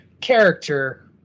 character